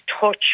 touch